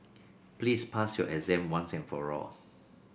please pass your exam once and for all